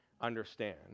understand